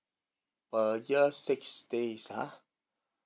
per year six days ah